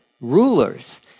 rulers